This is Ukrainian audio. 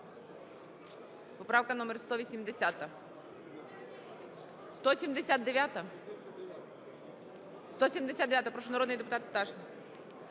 Поправка номер 180. 179-а? 179-а. Прошу, народний депутат Пташник.